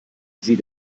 sie